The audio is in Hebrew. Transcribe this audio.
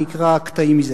אני אקרא קטעים מזה.